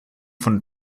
von